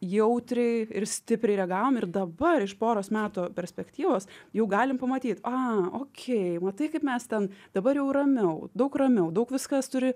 jautriai ir stipriai reagavom ir dabar iš poros metų perspektyvos jau galim pamatyt a okei matai kaip mes ten dabar jau ramiau daug ramiau daug viskas turi